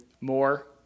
more